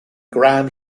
gram